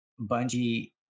Bungie